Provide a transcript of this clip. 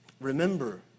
Remember